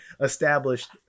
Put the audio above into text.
established